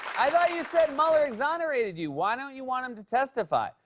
i thought you said mueller exonerated you? why don't you want him to testify?